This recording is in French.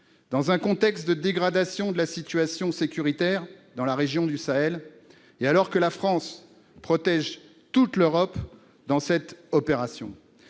Dans un contexte de dégradation de la situation sécuritaire dans la région du Sahel, alors que la France protège toute l'Europe au travers de cette opération,